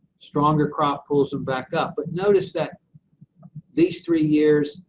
stronger crop pulls them back up. but notice that these three years,